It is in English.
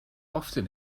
often